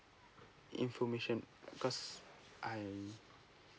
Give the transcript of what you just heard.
information because I